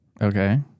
Okay